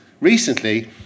recently